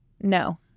No